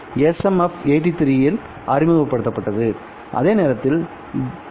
SMF 83 இல் அறிமுகப்படுத்தப்பட்டது அதே நேரத்தில் டி